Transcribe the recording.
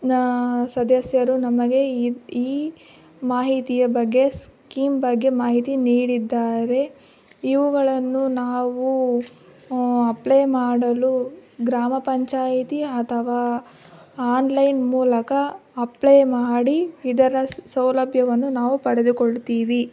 ನ ಸದಸ್ಯರು ನಮಗೆ ಈ ಮಾಹಿತಿಯ ಬಗ್ಗೆ ಸ್ಕೀಮ್ ಬಗ್ಗೆ ಮಾಹಿತಿ ನೀಡಿದ್ದಾರೆ ಇವುಗಳನ್ನು ನಾವು ಅಪ್ಲೈ ಮಾಡಲು ಗ್ರಾಮ ಪಂಚಾಯಿತಿ ಅಥವಾ ಆನ್ಲೈನ್ ಮೂಲಕ ಅಪ್ಲೈ ಮಾಡಿ ಇದರ ಸೌಲಭ್ಯವನ್ನು ನಾವು ಪಡೆದುಕೊಳ್ತೀವಿ